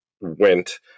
went